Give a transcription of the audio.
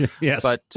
yes